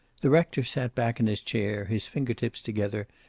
the rector sat back in his chair, his fingertips together,